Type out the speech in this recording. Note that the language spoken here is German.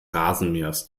rasenmähers